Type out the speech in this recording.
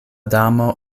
damo